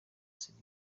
nzira